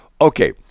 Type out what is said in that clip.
Okay